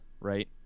right